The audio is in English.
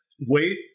Wait